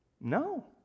No